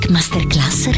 Masterclass